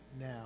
now